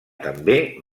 també